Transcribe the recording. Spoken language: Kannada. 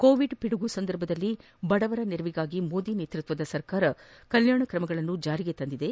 ಕೋವಿಡ್ ಪಿಡುಗಿನ ಸಂದರ್ಭದಲ್ಲಿ ಬಡವರ ನೆರವಿಗಾಗಿ ಮೋದಿ ನೇತೃತ್ವದ ಸರ್ಕಾರ ಪಲವು ಕಲ್ಕಾಣ ಕ್ರಮಗಳನ್ನು ಜಾರಿಗೆ ತಂದಿದೆ